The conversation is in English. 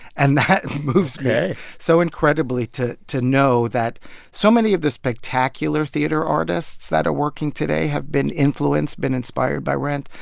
and that moved me so incredibly to to know that so many of the spectacular theater artists that are working today have been influenced, been inspired by rent.